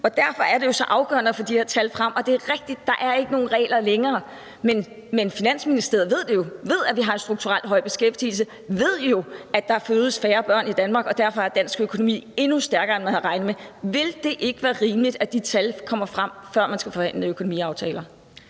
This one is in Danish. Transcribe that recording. Derfor er det jo så afgørende at få de her tal frem. Og det er rigtigt, at der ikke længere er nogen regler, men Finansministeriet ved jo, at vi har en strukturelt høj beskæftigelse, og ved jo, at der fødes færre børn i Danmark. Derfor er dansk økonomi endnu stærkere, end man havde regnet med. Vil det ikke være rimeligt, at de tal kommer frem, før man skal forhandle økonomiaftaler?